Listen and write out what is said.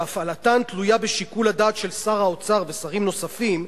שהפעלתן תלויה בשיקול הדעת של שר האוצר ושרים נוספים,